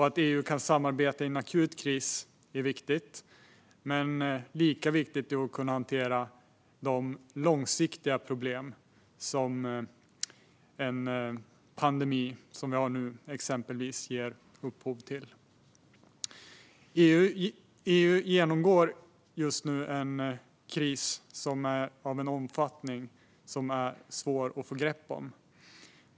Att EU kan samarbeta i en akut kris är viktigt, men lika viktigt är att kunna hantera de långsiktiga problem som en pandemi som den vi har nu ger upphov till. EU genomgår just nu en kris som är av en omfattning som är svår att få grepp om.